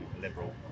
liberal